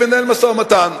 וננהל משא-ומתן.